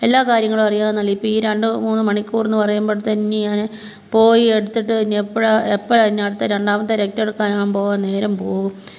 എല്ലാകാര്യങ്ങളും അറിയാവുന്നതല്ലേ ഇപ്പം ഈ രണ്ട് മൂന്ന് മണിക്കൂറന്ന് പറയുമ്പഴ്ത്തേന് ഇനി ഞാൻ പോയി എടുത്തിട്ട് ഇനി എപ്പോഴാണ് എപ്പോഴാണ് ഇനി അടുത്ത രണ്ടാമത്തെ രക്തം എടുക്കാൻ പോകാൻ നേരം പോകും